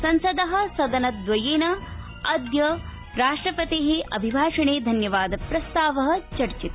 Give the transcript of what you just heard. संसद सदनद्वयेन अद्य राष्ट्रपते अभिभाषणे धन्यवादप्रस्ताव चर्चित